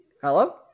Hello